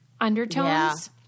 undertones